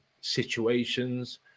situations